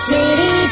City